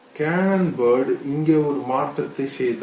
Canon Bard இங்கே ஒரு மாற்றத்தை செய்தார்